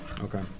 Okay